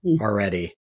already